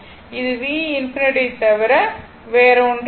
இது v∞ யை தவிர வேறொன்றும் இல்லை